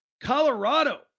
Colorado